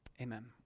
Amen